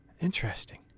Interesting